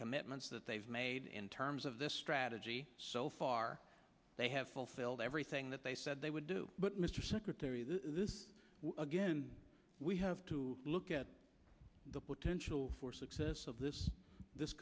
commitments that they've made in terms of this strategy so far they have fulfilled everything that they said they would do but mr secretary this again we have to look at the potential for success of this this